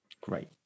Great